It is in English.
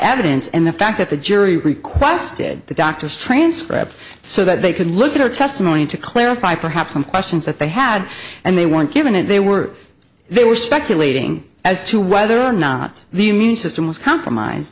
evidence and the fact that the jury requested the doctor's transcript so that they could look at her testimony to clarify perhaps some questions that they had and they weren't given and they were they were speculating as to whether or not the immune system was compromise